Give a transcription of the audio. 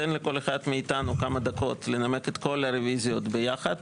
תן לכל אחד מאתנו כמה דקות לנמק את כל הרוויזיות ביחד,